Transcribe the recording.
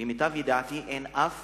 למיטב ידיעתי אין אף